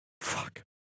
Fuck